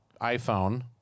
iPhone